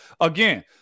Again